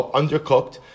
undercooked